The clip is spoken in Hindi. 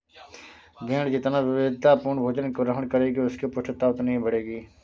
भेंड़ जितना विविधतापूर्ण भोजन ग्रहण करेगी, उसकी पुष्टता उतनी ही बढ़ेगी